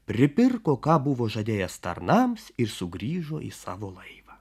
pripirko ką buvo žadėjęs tarnams ir sugrįžo į savo laivą